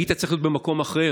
היית צריך להיות במקום אחר.